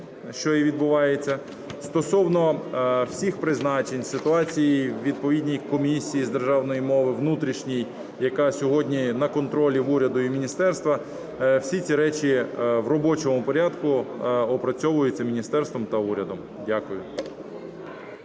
що і відбувається. Стосовно всіх призначень і ситуації у відповідній Комісії з державної мови внутрішній, яка сьогодні на контролі в уряді і міністерстві, всі ці речі в робочому порядку опрацьовуються міністерством та урядом. Дякую.